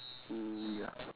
mm ya